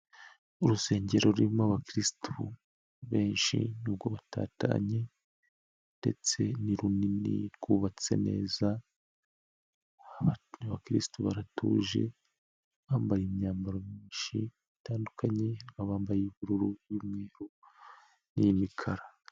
Urusengero rurimo abakiriristu benshi nubwo batatanye, ndetse ni runini rwubatse neza, abakrisitu baratuje, bambaye imyambaro miyinshi itandukanye abambaye ubururu, umweru n'imikara.